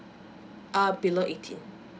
uh below eighteen